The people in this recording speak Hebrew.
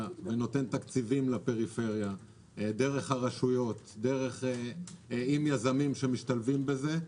ונותן תקציבים לפריפריה דרך הרשויות ועם יזמים שמשתלבים בזה.